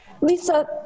Lisa